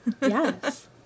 yes